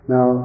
Now